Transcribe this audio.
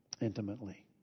intimately